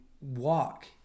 walk